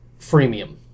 freemium